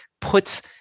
puts